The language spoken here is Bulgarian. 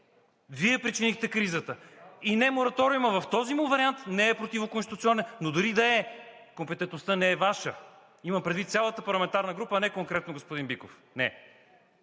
Вие причинихте кризата! И мораториумът в този му вариант не е противоконституционен, но дори да е – компетентността не е Ваша, имам предвид цялата парламентарна група, а не конкретно господин Биков, не.